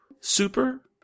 Super